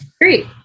Great